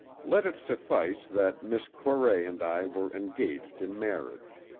let it suffice that miss corray and i were engaged in marriage.